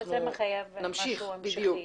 זה מחייב משהו המשכי.